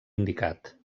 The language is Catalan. indicat